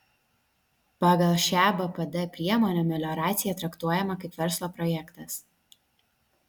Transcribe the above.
pagal šią bpd priemonę melioracija traktuojama kaip verslo projektas